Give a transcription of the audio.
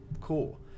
Cool